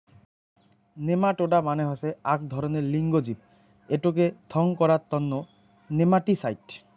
nematoda মানে হসে আক ধরণের লিঙ্গ জীব এটোকে থং করাং তন্ন নেমাটিসাইড